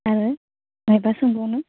आरो माबा सोंबावनो